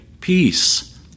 peace